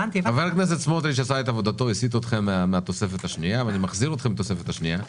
אני מחזיר אתכם לתוספת השנייה.